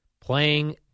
Playing